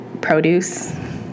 produce